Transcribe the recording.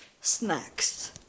snacks